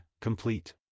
complete